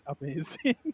amazing